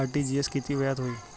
RTGS किती वेळात होईल?